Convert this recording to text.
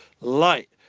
light